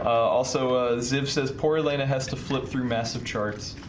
also ah zip says poor elena has to flip through massive charts